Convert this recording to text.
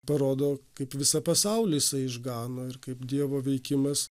parodo kaip visą pasaulį jisai išgano ir kaip dievo veikimas